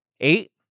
Eight